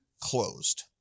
closed